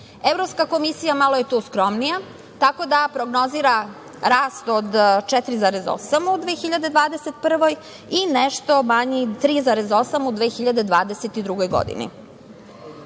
Evropska komisija je malo tu skromnija, tako da prognozira rast od 4,8% u 2021. godini i nešto manji 3,8% u 2022. godini.U